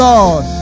Lord